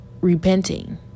repenting